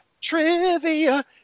Trivia